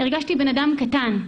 הרגשתי בן אדם קטן.